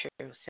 true